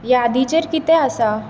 यादीचेर कितें आसा